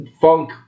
funk